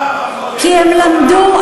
כי הם למדו,